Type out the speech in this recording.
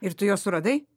ir tu juos suradai